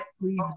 please